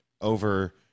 over